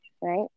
right